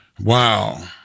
Wow